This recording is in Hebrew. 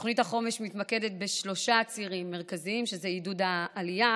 תוכנית החומש מתמקדת בשלושה צירים מרכזיים: עידוד העלייה,